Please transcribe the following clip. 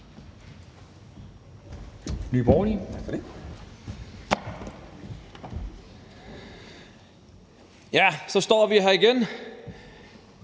det. Så står vi her igen